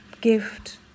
gift